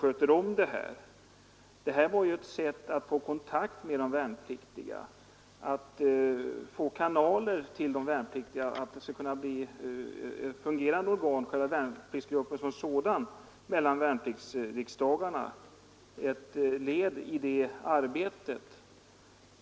Bildandet av den här gruppen var ju ett sätt att få kontakt med de värnpliktiga, att få kanaler till de värnpliktiga; gruppen skulle kunna bli ett fungerande organ mellan värnpliktsriksdagarna, ett led i det arbetet.